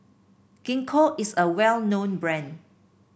Gingko is a well known brand